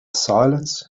silence